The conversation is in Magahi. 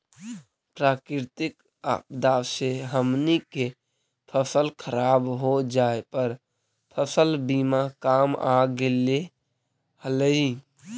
प्राकृतिक आपदा से हमनी के फसल खराब हो जाए पर फसल बीमा काम आ गेले हलई